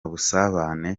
busabane